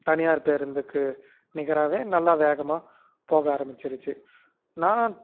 தனியார் பேருந்துக்கு நிகராகவே நல்லா வேகமாக போக ஆரம்பிச்சிருச்சு நான்